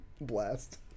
blast